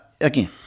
again